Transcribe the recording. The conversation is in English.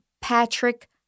Patrick